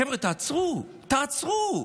חבר'ה, תעצרו, תעצרו.